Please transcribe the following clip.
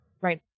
right